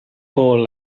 hole